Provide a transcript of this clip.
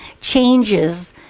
changes